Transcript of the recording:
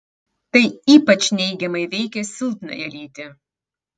tai ypač neigiamai veikia silpnąją lytį